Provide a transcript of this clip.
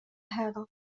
هذا